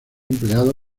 empleado